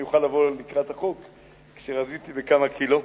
אוכל לבוא לקראת החוק לאחר שרזיתי בכמה קילו.